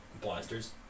Blasters